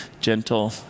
Gentle